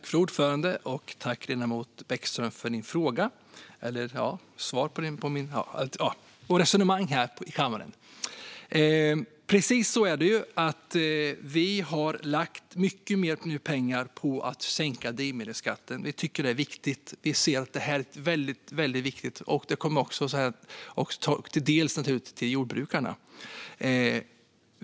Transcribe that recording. Fru talman! Jag tackar ledamoten Bäckström för hans svar på min fråga och för hans resonemang här i kammaren. Precis så är det - vi har lagt mycket mer pengar på att sänka drivmedelsskatten. Vi tycker att det är väldigt viktigt. Det kommer också naturligtvis att komma jordbrukarna till del.